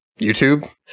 YouTube